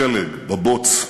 בשלג, בבוץ,